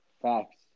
Facts